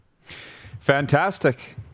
Fantastic